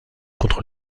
contre